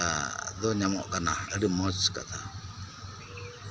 ᱮᱸᱫ ᱫᱚ ᱧᱟᱢᱚᱜ ᱠᱟᱱᱟ ᱟᱰᱤ ᱢᱚᱸᱡᱽ ᱠᱟᱛᱷᱟ